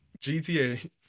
GTA